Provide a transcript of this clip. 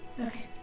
Okay